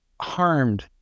harmed